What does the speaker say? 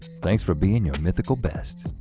thanks for being your mythical best.